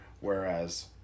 Whereas